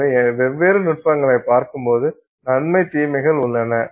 எனவே வெவ்வேறு நுட்பங்களைப் பார்க்கும்போது நன்மை தீமைகள் உள்ளன